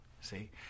see